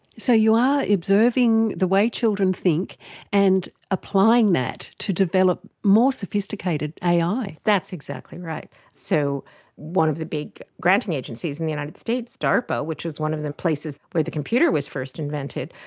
so you are observing the way children think and applying that to develop more sophisticated ai. that's exactly right. so one of the big granting agencies in the united states, darpa, which is one of the places where the computer was first invented,